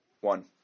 one